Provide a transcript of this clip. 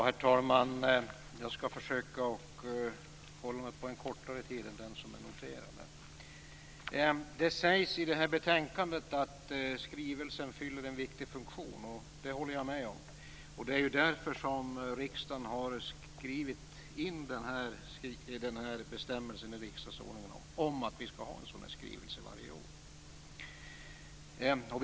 Herr talman! Jag skall försöka hålla ett kortare anförande än vad jag har noterat. Det sägs i betänkandet att skrivelsen fyller en viktig funktion, och det håller jag med om. Det är ju därför riksdagen har skrivit in i riksdagsordningen att vi skall ha en sådan här skrivelse varje år.